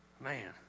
Man